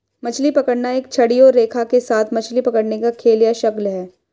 मछली पकड़ना एक छड़ी और रेखा के साथ मछली पकड़ने का खेल या शगल है